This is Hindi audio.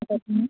तो कैसी हैं